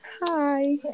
hi